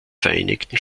vereinigten